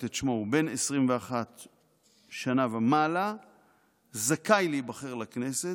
את שמו הוא בן 21 שנה ומעלה זכאי להיבחר לכנסת,